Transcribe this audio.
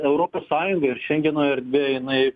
europos sąjunga ir šengeno erdvė jinai